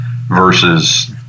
versus